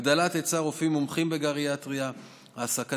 הגדלת היצע רופאים מומחים בגריאטריה והעסקתם